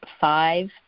five